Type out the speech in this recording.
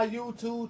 YouTube